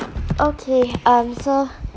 okay um so